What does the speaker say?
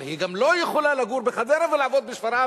אבל היא גם לא יכולה לגור בחדרה ולעבוד בשפרעם,